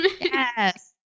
yes